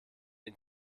ihn